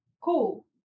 Cool